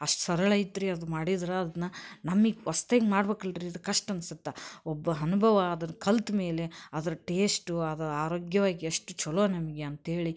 ಅಷ್ಟು ಸರಳ ಇತ್ತು ರಿ ಅದು ಮಾಡಿದ್ರೆ ಅದನ್ನ ನಮಗೆ ಫಸ್ಟ್ ಟೈಮ್ ಮಾಡ್ಬೇಕಲ್ಲ ರೀ ಇದು ಕಷ್ಟ ಅನ್ಸತ್ತೆ ಒಬ್ಬ ಅನುಭವ ಅದನ್ನು ಕಲ್ತ ಮೇಲೆ ಅದರ ಟೇಶ್ಟು ಅದು ಆರೋಗ್ಯವಾಗಿ ಎಷ್ಟು ಛಲೋ ನಮಗೆ ಅಂತ ಹೇಳಿ